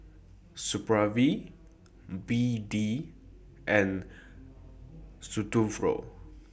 Supravit B D and Futuro